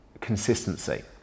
consistency